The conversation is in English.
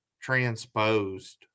transposed